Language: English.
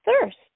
thirst